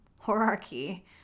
hierarchy